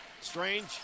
Strange